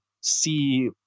see